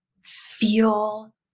feel